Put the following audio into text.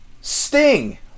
Sting